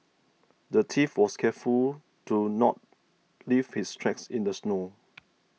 the thief was careful to not leave his tracks in the snow